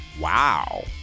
Wow